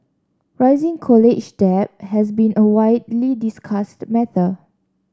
rising college debt has been a widely discussed matter